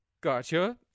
Gotcha